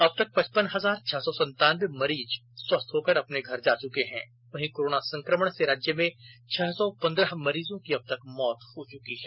अब तक पचपन हजार छह सौ संतानबे मरीज स्वस्थ होकर अपने घर जा चुके हैं वहीं कोरोना संकमण से राज्य में छह सौ पंद्रह मरीजों की अब तक मौत हो चुकी है